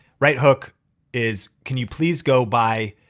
right hook is, can you please go by